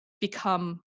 become